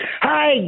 Hi